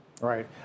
Right